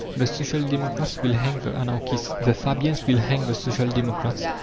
the social democrats will hang the anarchists the fabians will hang the social democrats,